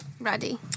Ready